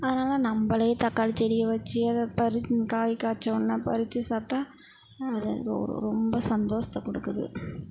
அதனால் நம்பளே தக்காளி செடியை வச்சு அதை பறி காய் காய்ச்சவொன்னே அதை பறிச்சு சாப்பிட்டா அது ரொ ரொம்ப சந்தோஸத்தை கொடுக்குது